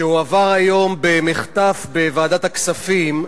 שהועבר היום במחטף בוועדת הכספים,